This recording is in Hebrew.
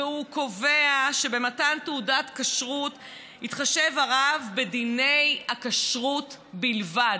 והוא קובע שבמתן תעודת כשרות יתחשב הרב בדיני הכשרות בלבד.